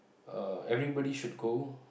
uh everybody should go